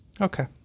Okay